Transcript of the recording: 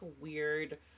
weird